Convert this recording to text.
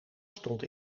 stond